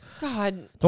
God